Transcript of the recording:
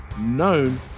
known